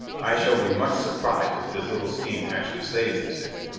i shall be much surprised if this little scheme actually saves the city.